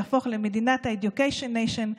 להפוך ל-Education Nation.